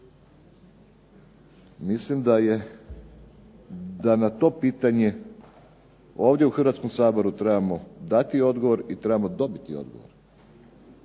Mislim da je, da na to pitanje ovdje u Hrvatskom saboru trebamo dati odgovor i trebamo dobiti odgovor.